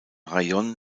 rajon